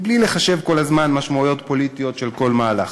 בלי לחשב כל הזמן משמעויות פוליטיות של כל מהלך.